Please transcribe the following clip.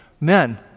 men